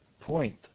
point